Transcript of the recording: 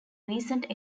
recent